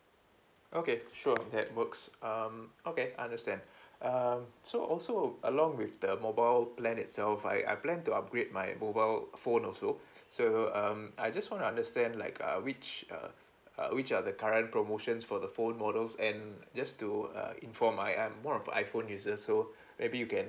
okay sure that works um okay I understand um so also along with the mobile plan itself I I plan to upgrade my mobile phone also so um I just want to understand like uh which uh uh which are the current promotions for the phone models and just to uh inform I'm I'm more of an iphone user so maybe you can